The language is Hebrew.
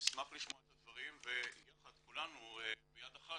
נשמח לשמוע את הדברים ויחד כולנו ביד אחת,